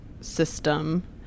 system